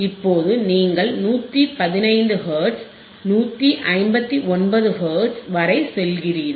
இப்போது நீங்கள் 115 hertz 159 hertz வரை செல்கிறீர்கள்